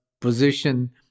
position